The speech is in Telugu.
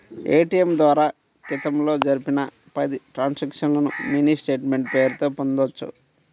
ఏటియం ద్వారా క్రితంలో జరిపిన పది ట్రాన్సక్షన్స్ ని మినీ స్టేట్ మెంట్ పేరుతో పొందొచ్చు